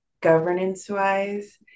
governance-wise